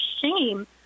shame